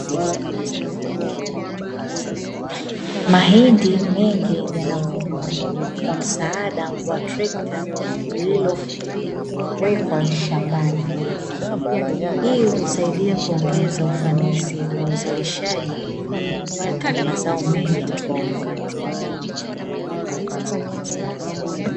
Mahindi mengi yanavunwa kwa msaada wa trekta lililowekwa shambani, hii husaidia kuongeza ufanisi wa uzalishaji na kupata mazao mengi kwa wakati.